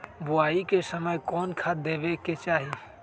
बोआई के समय कौन खाद देवे के चाही?